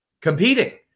competing